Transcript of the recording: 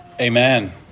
Amen